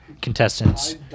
contestants